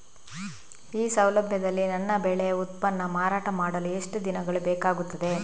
ಈ ಸೌಲಭ್ಯದಲ್ಲಿ ನನ್ನ ಬೆಳೆ ಉತ್ಪನ್ನ ಮಾರಾಟ ಮಾಡಲು ಎಷ್ಟು ದಿನಗಳು ಬೇಕಾಗುತ್ತದೆ?